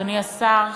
אדוני השר,